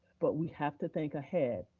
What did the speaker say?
but we have to think ahead,